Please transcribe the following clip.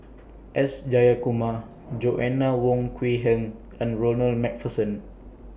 S Jayakumar Joanna Wong Quee Heng and Ronald MacPherson